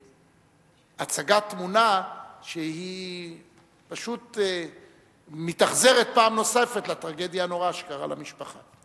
הצגת תמונה שפשוט מתאכזרת פעם נוספת לטרגדיה הנוראה שקרתה למשפחה.